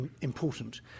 important